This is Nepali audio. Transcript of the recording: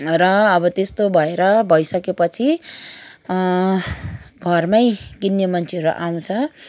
र अब त्यस्तो भएर भइसकेपछि घरमै किन्ने मान्छेहरू आउँछ